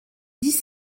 dix